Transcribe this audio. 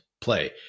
play